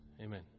Amen